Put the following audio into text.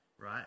right